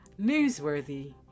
Newsworthy